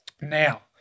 Now